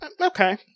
okay